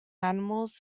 animals